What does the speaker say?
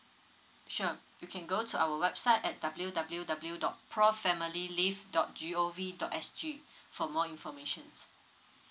sure you can go to our website at w w w dot pro family leave dot g o v dot s g for more informations